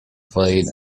played